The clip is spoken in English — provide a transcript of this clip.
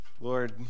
Lord